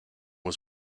was